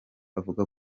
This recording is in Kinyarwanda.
bavuga